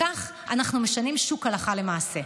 כך אנחנו משנים שוק הלכה למעשה.